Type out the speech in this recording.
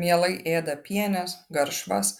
mielai ėda pienes garšvas